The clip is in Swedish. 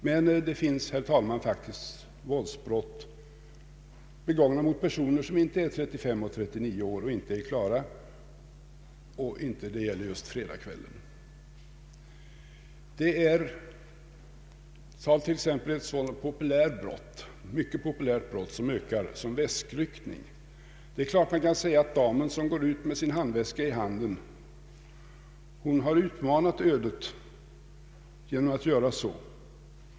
Men det begås, herr talman, faktiskt våldsbrott mot personer som inte är mellan 35 och 39 år och som inte befinner sig i Klara. De begås inte heller just en fredagskväll. Jag vill som exempel nämna ett mycket populärt brott som ökar, nämligen väskryckning. Man kan givetvis säga att damen som går ut med sin handväska i handen har utmanat ödet genom att göra så.